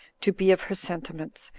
to be of her sentiments,